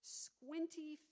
squinty